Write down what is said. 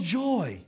joy